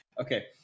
Okay